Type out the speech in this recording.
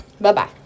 Bye-bye